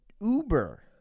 Uber